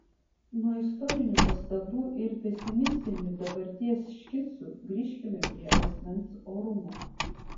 nuo istorinių pastabų ir pesimistinių dabarties škicų grįžkime prie asmens orumo